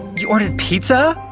you ordered pizza!